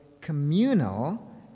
communal